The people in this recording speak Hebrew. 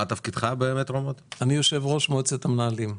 אני יושב-ראש מועצת המנהלים.